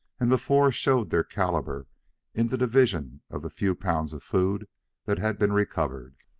and the four showed their caliber in the division of the few pounds of food that had been recovered.